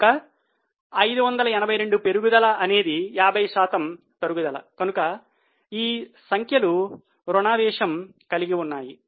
కనుక 582 పెరుగుదల అనేది 50 శాతం తరుగుదల కనుక ఈ సంఖ్యలు రుణ వేషము కలిగి ఉన్నాయి